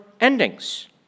endings